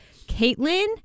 Caitlin